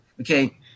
okay